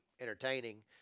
entertaining